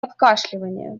откашливание